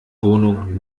wohnung